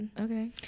okay